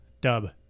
dub